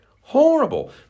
Horrible